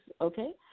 okay